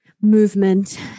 movement